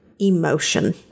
emotion